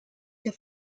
der